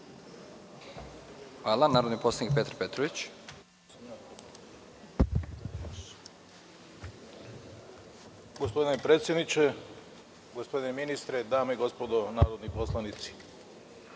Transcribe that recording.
ima narodni poslanik Petar Petrović.